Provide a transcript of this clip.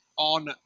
on